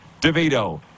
DeVito